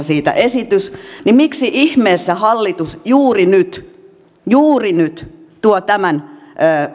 siitä esitys niin miksi ihmeessä hallitus juuri nyt juuri nyt tuo tämän